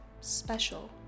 special